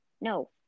no